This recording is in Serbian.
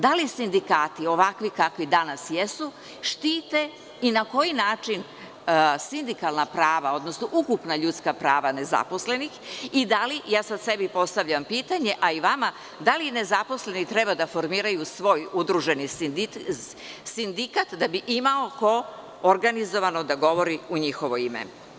Da li sindikati ovakvi kakvi danas jesu štite i na koji način sindikalna prava, odnosno ukupna ljudska prava nezaposlenih i da li, ja sada sebi postavljam pitanje, ali i vama, da li nezaposleni treba da formiraju svoj udruženi sindikat, da bi imao ko organizovano da govori u njihovo ime.